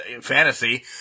fantasy